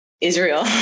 Israel